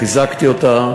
חיזקתי אותה.